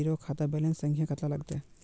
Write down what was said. Zero खाता balance संख्या कतला लगते?